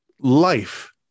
life